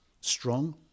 strong